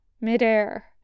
midair